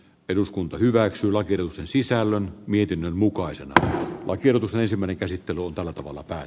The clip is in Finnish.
eduskunta hyväksyy lakituksen sisällä mietinnön mukaisena vaikerrus ensimmäinen käsittely on tällä tavalla tai